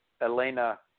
Elena